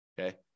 okay